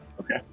Okay